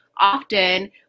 often